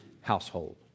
household